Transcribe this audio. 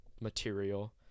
material